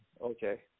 okay